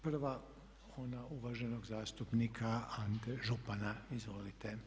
Prva je ona uvaženog zastupnika Ante Župana, izvolite.